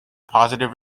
positive